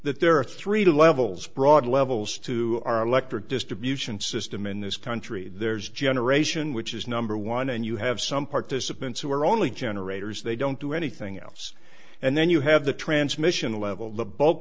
that there are three levels broad levels to our electric distribution system in this country there's generation which is number one and you have some participants who are only generators they don't do anything else and then you have the transmission level the b